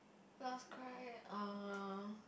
last cry uh